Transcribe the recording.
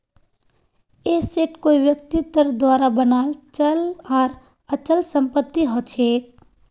asset कोई व्यक्तिर द्वारा बनाल चल आर अचल संपत्ति हछेक